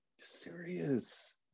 Serious